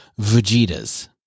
Vegeta's